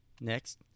Next